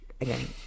again